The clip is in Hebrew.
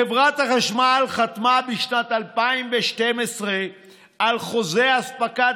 חברת החשמל חתמה בשנת 2012 על חוזה אספקת